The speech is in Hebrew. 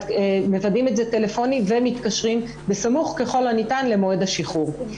מוודאים את זה טלפונית ומתקשרים בסמוך ככל הניתן למועד השחרור.